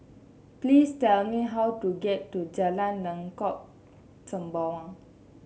please tell me how to get to Jalan Lengkok Sembawang